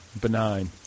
Benign